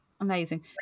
amazing